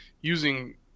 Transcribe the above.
using